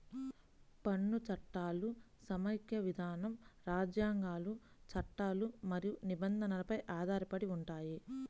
పన్ను చట్టాలు సమాఖ్య విధానం, రాజ్యాంగాలు, చట్టాలు మరియు నిబంధనలపై ఆధారపడి ఉంటాయి